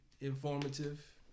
informative